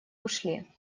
ушли